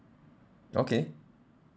okay